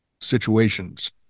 situations